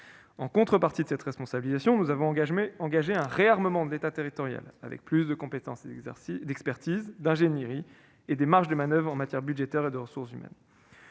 En contrepartie de cette responsabilisation, nous avons engagé un réarmement de l'État territorial en lui offrant davantage de compétences, d'expertise et d'ingénierie, ainsi que des marges de manoeuvre en matière budgétaire et de ressources humaines.